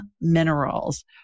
Minerals